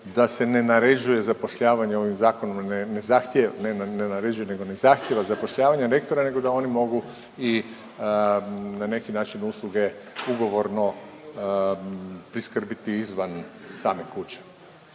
da se ne naređuje zapošljavanje ovim zakonom, ne naređuje, nego ne zahtijeva zapošljavanje rektora, nego da oni mogu i na neki način usluge ugovorno priskrbiti izvan same kuće.